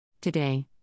Today